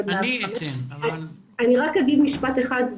מוקד 105. אני אגיד משפט אחד,